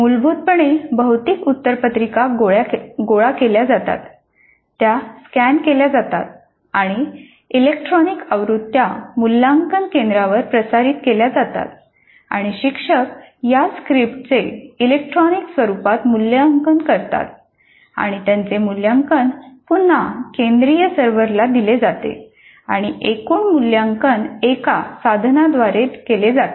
मूलभूतपणे भौतिक उत्तरपत्रिका गोळा केल्या जातात त्या स्कॅन केल्या जातात आणि इलेक्ट्रॉनिक आवृत्त्या मूल्यांकन केंद्रांवर प्रसारित केल्या जातात आणि शिक्षक या स्क्रिप्टचे इलेक्ट्रॉनिक स्वरूपात मूल्यांकन करतात आणि त्यांचे मूल्यांकन पुन्हा केंद्रीय सर्व्हरला दिले जाते आणि एकूण मूल्यांकन एक साधनाद्वारे केले जाते